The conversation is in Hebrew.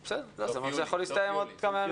אז זה אומר שזה יכול להסתיים בעוד כמה ימים.